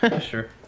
Sure